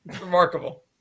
Remarkable